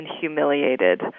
humiliated